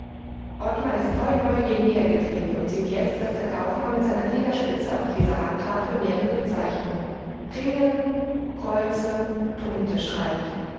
ottmar ist voll neugier näher getreten und sieht jetzt daß der kaufmann mit seiner fingerspitze auf diese handtafel mehrere zeichen ringe kreuze punkte schreibt